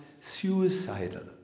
suicidal